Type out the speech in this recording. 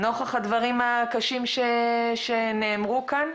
נוכח הדברים הקשים שנאמרו כאן.